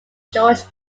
george